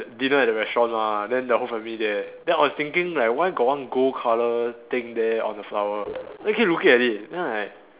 dinner at the restaurant lah then the whole family there then I was thinking like why got one gold colour thing there on the flower then keep looking at it then I